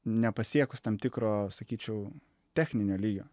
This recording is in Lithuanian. nepasiekus tam tikro sakyčiau techninio lygio